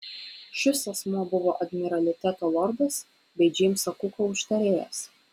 šis asmuo buvo admiraliteto lordas bei džeimso kuko užtarėjas